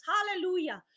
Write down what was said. Hallelujah